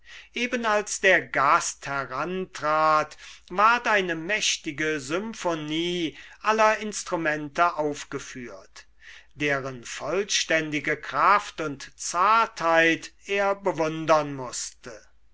eben als der gast herantrat ward eine mächtige symphonie aller instrumente aufgeführt deren vollständige kraft und zartheit er bewundern mußte